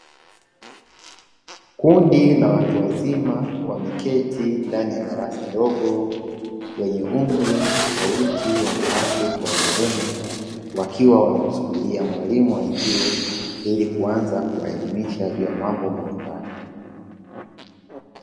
Kundi la watu wazima wameketi ndani ya darasa dogo wenye umri tofauti wanawake kwa wanaume wakiwa wamemsubiria mwalimu aingie ili kuanza kuwaelimisha juu ya mambo mbalimbali.